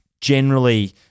generally-